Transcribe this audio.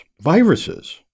viruses